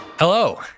Hello